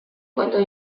cuentos